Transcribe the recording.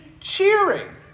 cheering